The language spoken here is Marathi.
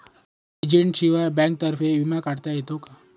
एजंटशिवाय बँकेतर्फे विमा काढता येतो का?